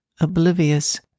oblivious